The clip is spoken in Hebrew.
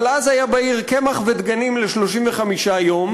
אבל אז היו בעיר קמח ודגנים ל-35 יום,